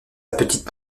petite